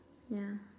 yeah